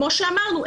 כמו שאמרנו,